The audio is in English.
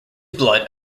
blood